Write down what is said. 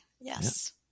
Yes